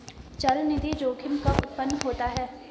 चलनिधि जोखिम कब उत्पन्न होता है?